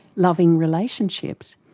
loving relationships.